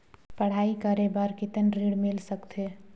पढ़ाई करे बार कितन ऋण मिल सकथे?